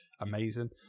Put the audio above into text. amazing